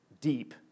deep